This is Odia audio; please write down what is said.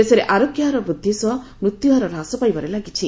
ଦେଶରେ ଆରୋଗ୍ୟ ହାର ବୃଦ୍ଧି ସହ ମୃତ୍ୟୁହାର ହ୍ରାସ ପାଇବାରେ ଲାଗିଛି